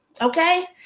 okay